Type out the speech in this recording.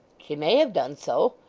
she may have done so,